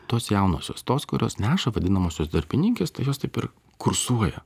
tos jaunosios tos kurios neša vadinamosios darbininkės tai jos taip ir kursuoja